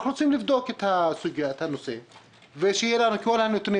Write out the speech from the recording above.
אנחנו רוצים לבדוק את הנושא ושיהיו לנו כל הנתונים